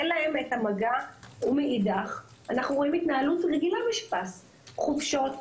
אין להם את המגע; ומאידך אנחנו רואים התנהלות רגילה בשב"ס חופשות,